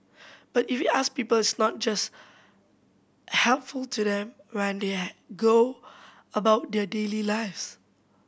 but if we ask people's not just helpful to them when they go about their daily lives